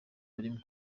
barimo